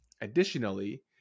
Additionally